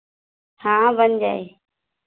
हाँ बन जाई